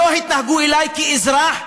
לא התנהגו אלי כאזרח.